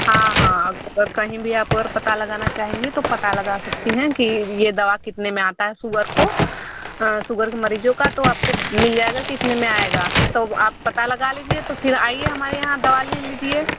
हाँ हाँ अब अगर कहीं भी आप और पता लगाना चाहेंगे तो पता लगा सकती हैं कि यह दवा कितने में आता है सुगर को सुगर के मरीज़ों का तो आपको मिल जाएगा कि इतने में आएगा तो अब आप पता लगा लीजिए तो फिर आईए हमारे यहाँ दवा ले लीजिए